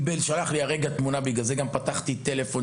כי כרגע קיבלתי ממנו ולכן גם פתחתי את הטלפון,